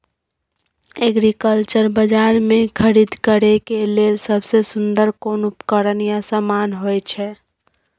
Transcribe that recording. Agriculture बाजार में खरीद करे के लेल सबसे सुन्दर कोन उपकरण या समान होय छै?